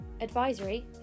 advisory